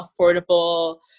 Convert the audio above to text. affordable